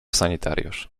sanitariusz